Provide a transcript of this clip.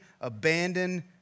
abandon